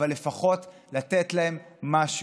אבל לפחות לתת להם משהו.